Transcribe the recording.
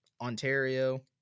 Ontario